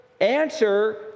answer